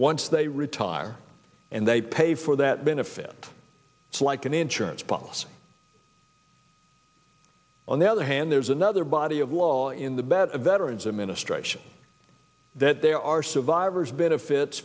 once they retire and they pay for that benefit it's like an insurance policy on the other hand there's another body of law in the bed a veteran's administration that there are survivors benefits